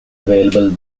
available